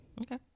Okay